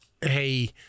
hey